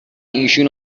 ایشون